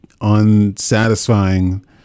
unsatisfying